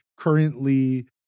currently